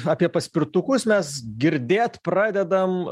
apie paspirtukus mes girdėt pradedam